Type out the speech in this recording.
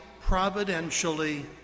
providentially